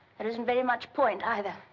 there isn't very much point either.